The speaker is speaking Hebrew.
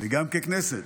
וגם ככנסת,